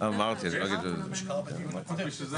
אבל אני בטוח שנותנים רשות דיבור.